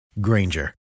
Granger